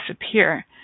disappear